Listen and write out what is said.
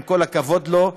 עם כל הכבוד לו,